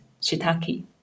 shiitake